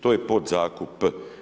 To je podzakup.